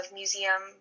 museum